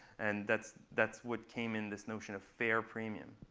and that's that's what came in this notion of fair premium.